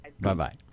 bye-bye